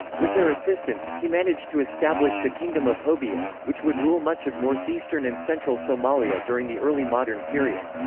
with their assistance, he managed to establish the kingdom of hobyo, which would rule much of northeastern and central somalia during the early modern period.